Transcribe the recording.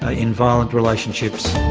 ah in violent relationships.